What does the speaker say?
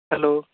hello